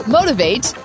Motivate